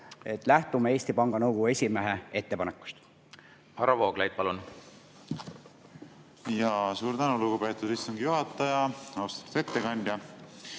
me lähtume Eesti Panga Nõukogu esimehe ettepanekust.